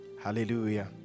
Hallelujah